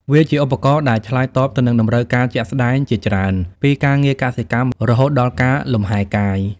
វាជាឧបករណ៍ដែលឆ្លើយតបទៅនឹងតម្រូវការជាក់ស្តែងជាច្រើន ពីការងារកសិកម្ម រហូតដល់ការលំហែកាយ។